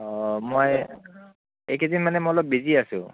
অ' মই এইকেইদিন মানে মই অলপ বিজি আছো